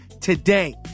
today